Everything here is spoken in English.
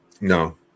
No